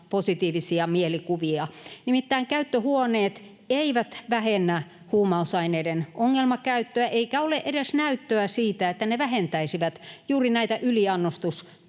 positiivisia mielikuvia. Nimittäin käyttöhuoneet eivät vähennä huumausaineiden ongelmakäyttöä, eikä ole edes näyttöä siitä, että ne vähentäisivät juuri näitä yliannostuskuolemia